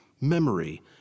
memory